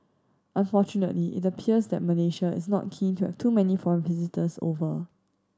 unfortunately it appears that Malaysia is not keen to have too many foreign visitors over